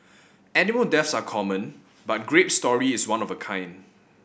animal deaths are common but Grape's story is one of a kind